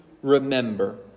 Remember